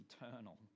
eternal